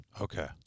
Okay